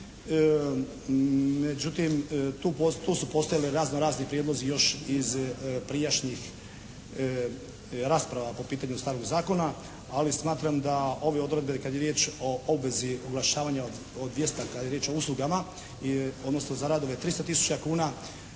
Međutim tu, tu su postojali razno razni prijedlozi još iz prijašnjih rasprava po pitanju starog zakona ali smatram da ove odredbe kad je riječ o obvezi oglašavanja od 200 kad je riječ o uslugama odnosno za radove 300 tisuća